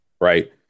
Right